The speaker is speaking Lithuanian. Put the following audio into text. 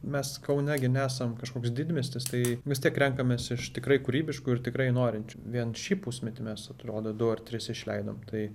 mes kaune gi nesam kažkoks didmiestis tai vis tiek renkamės iš tikrai kūrybiškų ir tikrai norinčių vien šį pusmetį mes atrodo du ar tris išleidom tai